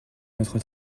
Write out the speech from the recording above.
votre